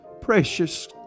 precious